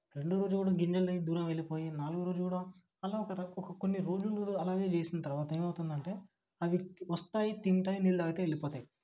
రెండో రోజు కూడా గింజలు జల్లి దూరమెళ్ళిపోయి నాలుగో రోజు కూడా అలా ఒక ర కొన్ని రోజులు అలాగే చేసిన తర్వాత ఏమవుతుందంటే అవి వస్తాయి తింటాయి నీళ్ళు తాగుతాయి వెళ్ళిపోతాయి